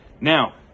Now